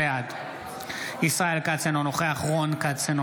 בעד ישראל כץ, אינו נוכח רון כץ,